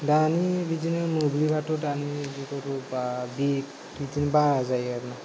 दानि मोब्लिबबाथ' बिदिनो बारा जायो आरोना